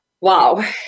Wow